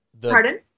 pardon